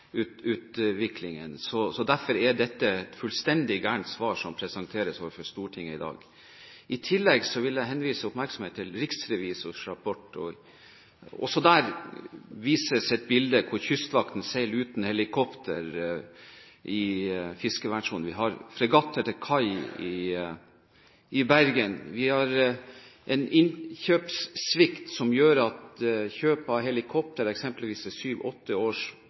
i tillegg henlede oppmerksomheten mot Riksrevisjonens rapport. Også der vises det et bilde hvor Kystvakten seiler uten helikopter i fiskevernsonen, vi har fregatter til kai i Bergen, vi har en innkjøpssvikt som gjør at kjøp av helikopter f.eks. er syv–åtte år forsinket. Riksrevisjonen skriver i sin siste rapport at «de seneste årenes omfattende investeringer i ny fartøystruktur i Sjøforsvaret foreløpig ikke hadde ført til